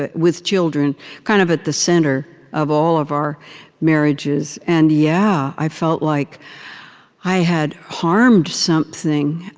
ah with children kind of at the center of all of our marriages. and yeah, i felt like i had harmed something.